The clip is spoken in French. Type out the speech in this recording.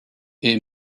est